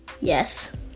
Yes